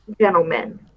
gentlemen